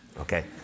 Okay